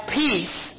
peace